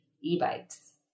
e-bikes